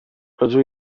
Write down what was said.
rydw